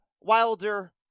Wilder